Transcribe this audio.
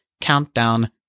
countdown